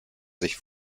sich